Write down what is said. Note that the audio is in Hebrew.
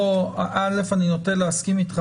אני נוטה להסכים איתך,